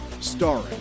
starring